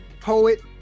Poet